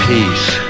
Peace